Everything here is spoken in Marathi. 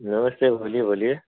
नमस्ते भाभीजी बोलिये